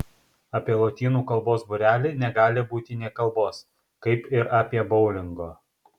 apie lotynų kalbos būrelį negali būti nė kalbos kaip ir apie boulingo